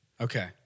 Okay